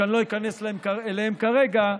אני לא איכנס אליהם כרגע,